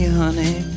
honey